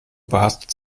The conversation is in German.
überhastet